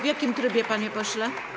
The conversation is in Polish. W jakim trybie, panie pośle?